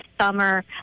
summer